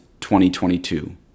2022